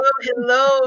Hello